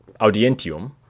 audientium